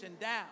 down